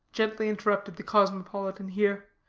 gently interrupted the cosmopolitan here,